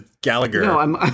Gallagher